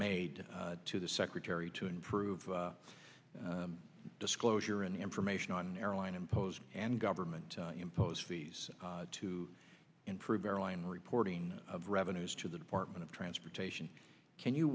made to the secretary to improve disclosure and information on airline impose and government impose fees to improve airline reporting of revenues to the department of transportation can you